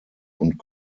und